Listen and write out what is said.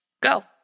go